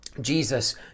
Jesus